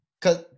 cause